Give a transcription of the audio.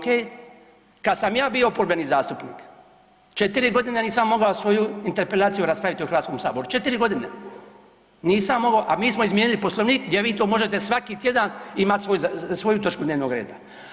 Kada sam ja bio oporbeni zastupnik 4 godine nisam mogao svoju interpelaciju raspraviti u Hrvatskom saboru, 4 godine nisam mogao a mi smo izmijenili Poslovnik gdje vi to možete svaki tjedan imati svoju točku dnevnog reda.